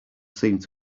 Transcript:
seemed